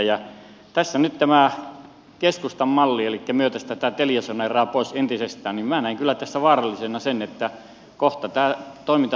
nyt tässä keskustan mallissa elikkä siinä että myytäisiin tätä teliasoneraa pois entisestään minä näen kyllä vaarallisena sen että kohta tämä toiminta loppuu kokonaan suomesta